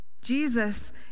Jesus